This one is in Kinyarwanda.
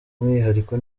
umwihariko